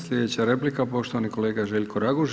Slijedeća replika poštovani kolega Željko Raguž.